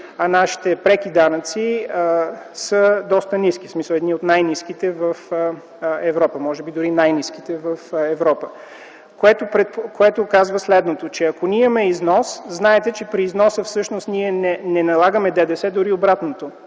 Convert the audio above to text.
а нашите преки данъци са доста ниски, в смисъл, че са едни от най-ниските в Европа, а може би дори и най-ниските, което показва следното, че ако ние имаме износ, знаете, че при износа всъщност ние не налагаме ДДС, дори обратното